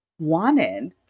wanted